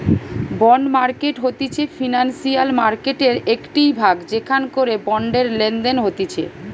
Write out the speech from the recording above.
bond market হতিছে financial মার্কেটের একটিই ভাগ যেখান করে বন্ডের লেনদেন হতিছে